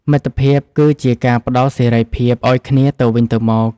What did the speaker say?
មិត្តភាពគឺជាការផ្តល់សេរីភាពឱ្យគ្នាទៅវិញទៅមក។